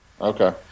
Okay